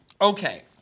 Okay